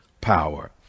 power